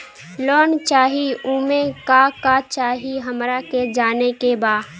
Loan चाही उमे का का चाही हमरा के जाने के बा?